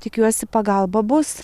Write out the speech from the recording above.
tikiuosi pagalba bus